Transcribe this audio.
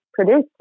produced